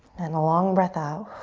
and long breath out.